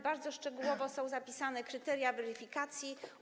Bardzo szczegółowo są określone kryteria weryfikacji.